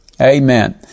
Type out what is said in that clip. Amen